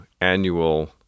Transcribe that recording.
annual